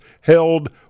held